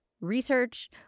research